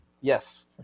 Yes